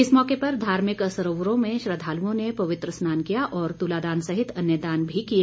इस मौके पर धार्मिक सरोवरों में श्रद्धालुओं ने पवित्र स्नान किया और तुलादान सहित अन्य दान भी किए